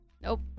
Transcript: Nope